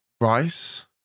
Rice